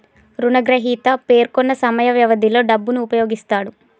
రుణగ్రహీత పేర్కొన్న సమయ వ్యవధిలో డబ్బును ఉపయోగిస్తాడు